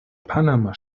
panama